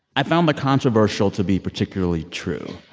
i found the controversial to be particularly true.